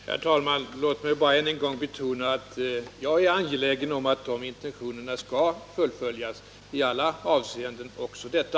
Herr talman! Låt mig bara än en gång betona att jag är angelägen om att de intentionerna skall fullföljas i alla avseenden — också i detta.